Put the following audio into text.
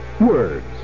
Words